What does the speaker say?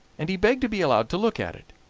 and he begged to be allowed to look at it.